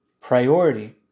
priority